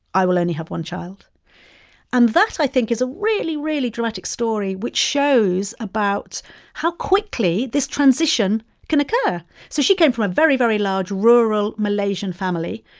i will only have one child and that, i think, is a really, really dramatic story which shows about how quickly this transition can occur. so she came from a very, very large, rural malaysian family,